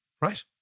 Right